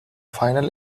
final